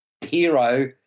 hero